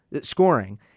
scoring